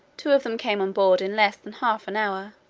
two of them came on board in less than half an hour,